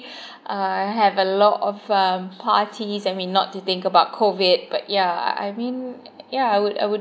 uh have a lot of um parties I mean not to think about COVID but yeah I mean yeah I would I would